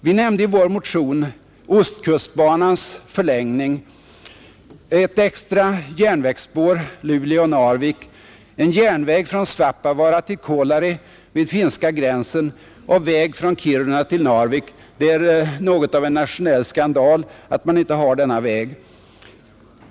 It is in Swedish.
Vi nämner i vår motion ostkustbanans förlängning, ett extra järnvägsspår Luleå—Narvik, en järnväg från Svappavaara till Kolari vid finska gränsen och väg från Kiruna till Narvik; det är något av en nationell skandal att man inte har denna väg.